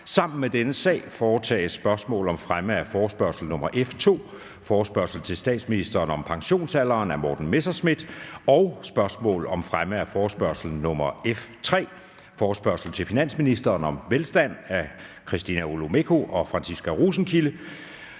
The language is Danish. Sammen med dette punkt foretages: 2) Spørgsmål om fremme af forespørgsel nr. F 2: Forespørgsel til statsministeren om pensionsalderen. Af Morten Messerschmidt (DF) m.fl. (Anmeldelse 02.10.2024). 3) Spørgsmål om fremme af forespørgsel nr. F 3: Forespørgsel til finansministeren om velstand. Af Christina Olumeko (ALT) og Franciska Rosenkilde